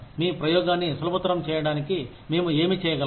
మీ ప్రయోగాన్ని సులభతరం చేయడానికి మేము ఏమి చేయగలం